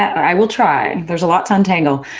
i will try! there's a lot to untangle.